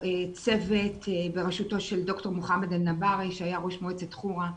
צוות בראשותו של ד"ר מוחמד אל נבארי שהיה ראש מועצת חורה,